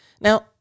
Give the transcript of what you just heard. Now